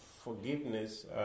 forgiveness